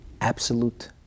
absolute